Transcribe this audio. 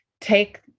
take